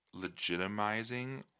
legitimizing